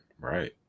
Right